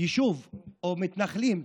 יישוב או מתנחלים.